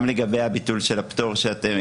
גם לגבי הביטול של הפטור שזה,